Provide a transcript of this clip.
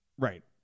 Right